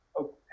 Okay